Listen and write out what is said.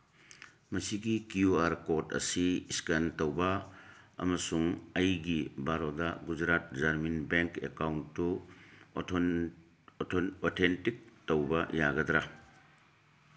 ꯃꯁꯤꯒꯤ Q R code ꯑꯁꯤ scan ꯇꯧꯕ ꯑꯃꯁꯨꯡ ꯑꯩꯒꯤ ꯕꯔꯣꯗꯥ ꯒꯨꯖꯔꯥꯠ ꯒ꯭ꯔꯥꯃꯤꯟ ꯕꯦꯡ ꯑꯣꯊꯦꯟꯇꯤꯛ ꯇꯧꯕ ꯌꯥꯒꯗ꯭ꯔꯥ